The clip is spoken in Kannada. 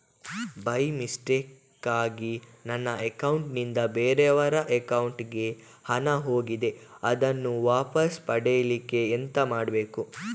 ಬೈ ಮಿಸ್ಟೇಕಾಗಿ ನನ್ನ ಅಕೌಂಟ್ ನಿಂದ ಬೇರೆಯವರ ಅಕೌಂಟ್ ಗೆ ಹಣ ಹೋಗಿದೆ ಅದನ್ನು ವಾಪಸ್ ಪಡಿಲಿಕ್ಕೆ ಎಂತ ಮಾಡಬೇಕು?